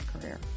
career